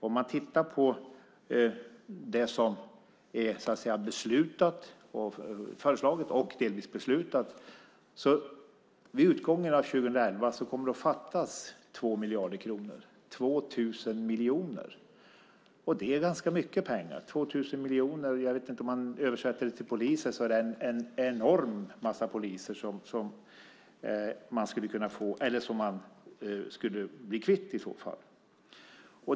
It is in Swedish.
Om man tittar på det som är föreslaget och delvis beslutat kan man se att det vid utgången av 2011 kommer att fattas 2 miljarder kronor. Det är 2 000 miljoner kronor! Det är ganska mycket pengar. Om man översätter det till poliser är det en enorm massa poliser som man i så fall skulle bli kvitt.